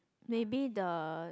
maybe the